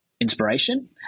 inspiration